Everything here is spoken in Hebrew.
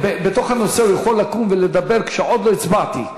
בתוך הנושא הוא יכול לקום ולדבר כשעוד לא הצבעתי.